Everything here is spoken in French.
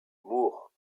moore